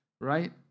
right